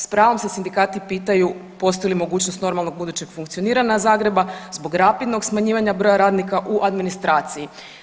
S pravom se sindikati pitanju, postoji li mogućnost normalnog budućeg funkcioniranja Zagreba zbog rapidnog smanjivanja broja radnika u administraciji.